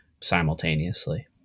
simultaneously